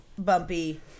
Bumpy